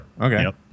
Okay